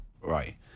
Right